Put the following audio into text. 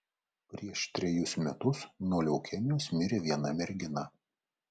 prieš trejus metus nuo leukemijos mirė viena mergina